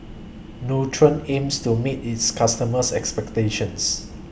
Nutren aims to meet its customers' expectations